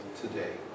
today